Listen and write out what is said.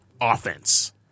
offense